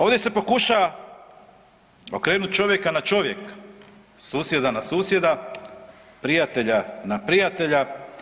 Ovdje se pokušava okrenuti čovjeka na čovjeka, susjeda na susjeda, prijatelja na prijatelja.